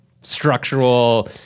structural